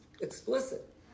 explicit